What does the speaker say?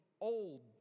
old